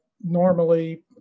normally